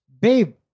babe